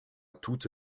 toute